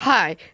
Hi